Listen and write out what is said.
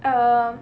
um